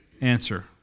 answer